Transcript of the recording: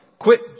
quit